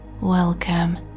Welcome